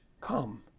come